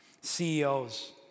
CEOs